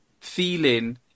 feeling